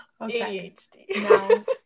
ADHD